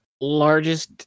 largest